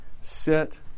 sit